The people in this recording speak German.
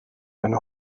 ein